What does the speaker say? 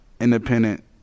independent